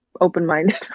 open-minded